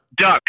Duck